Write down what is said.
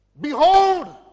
Behold